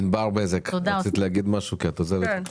ענבר בזק, רצית לומר משהו לפני שאת עוזבת?